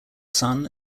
son